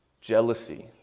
jealousy